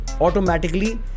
Automatically